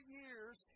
years